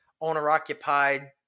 owner-occupied